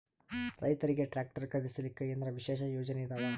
ರೈತರಿಗೆ ಟ್ರಾಕ್ಟರ್ ಖರೀದಿಸಲಿಕ್ಕ ಏನರ ವಿಶೇಷ ಯೋಜನೆ ಇದಾವ?